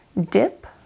dip